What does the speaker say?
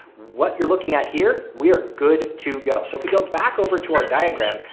what you're looking at here, we are good to go. so if we go back over to our diagram.